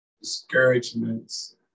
discouragements